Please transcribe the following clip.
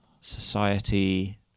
society